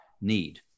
need